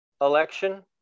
election